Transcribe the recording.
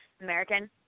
American